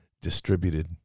distributed